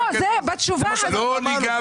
שורה תחתונה, לא ניגע בזה.